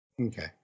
Okay